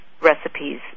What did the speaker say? recipes